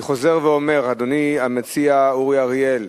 אני חוזר ואומר, אדוני המציע, אורי אריאל,